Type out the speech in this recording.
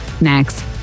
next